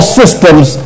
systems